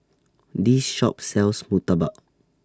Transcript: This Shop sells Murtabak